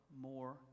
more